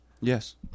Yes